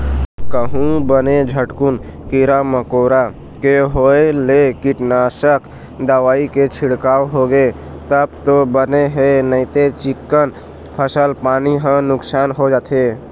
कहूँ बने झटकुन कीरा मकोरा के होय ले कीटनासक दवई के छिड़काव होगे तब तो बने हे नइते चिक्कन फसल पानी ह नुकसान हो जाथे